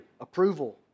Approval